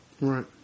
Right